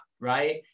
Right